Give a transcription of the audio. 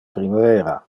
primavera